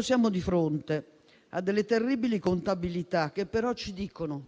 Siamo di fronte a delle terribili contabilità, che però ci dicono